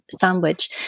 sandwich